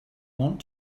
want